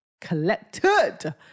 collected